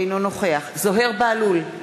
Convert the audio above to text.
אינו נוכח זוהיר בהלול,